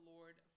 Lord